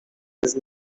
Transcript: jest